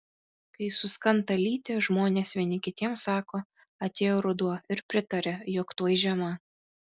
kai suskanta lyti žmonės vieni kitiems sako atėjo ruduo ir pritaria jog tuoj žiema